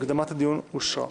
הקדמת הדיון אושרה.